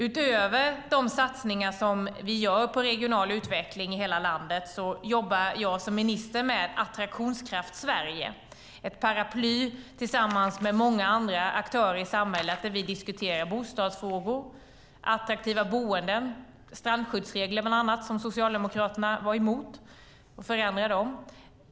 Utöver de satsningar som vi gör på regional utveckling i hela landet jobbar jag som minister med Attraktionskraft Sverige - ett paraply där vi tillsammans med många andra aktörer i samhället diskuterar bostadsfrågor och attraktiva boenden. Det handlar bland annat om strandskyddsregler, som Socialdemokraterna var emot att förändra.